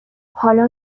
حالا